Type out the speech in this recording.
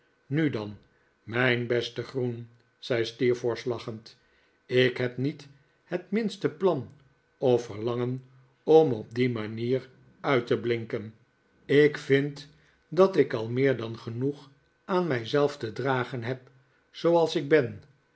nu dan mijn beste groen zei steerforth lachend ik heb niet het minste plan of verlangen om op die manier uit te blinken ik vind dat ik al meer dan genoeg aan mijzelf te dragen heb zooals ik ben